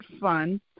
fun